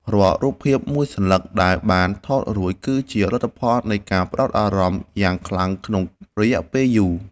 រាល់រូបភាពមួយសន្លឹកដែលបានថតរួចគឺជាលទ្ធផលនៃការផ្ដោតអារម្មណ៍យ៉ាងខ្លាំងក្នុងរយៈពេលយូរ។